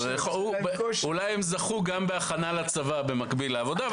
אולי הם גם זכו בהכנה לצבא במקביל לעבודה.